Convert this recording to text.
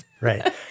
Right